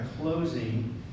closing